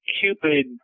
Cupid